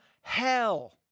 hell